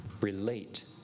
relate